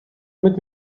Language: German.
mit